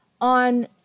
on